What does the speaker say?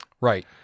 right